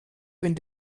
bin